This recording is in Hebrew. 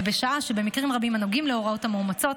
זו, ובשעה שבמקרים רבים הנוגעים להוראות המאומצות